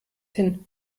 hin